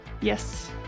Yes